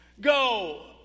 go